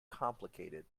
complicated